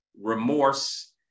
remorse